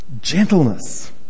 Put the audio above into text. Gentleness